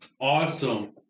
awesome